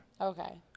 Okay